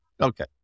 okay